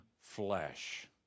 flesh